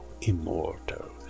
immortal